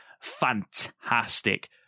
fantastic